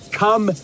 come